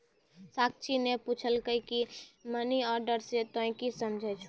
साक्षी ने पुछलकै की मनी ऑर्डर से तोंए की समझै छौ